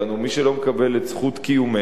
מי שלא מקבל את זכות קיומנו,